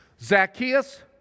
Zacchaeus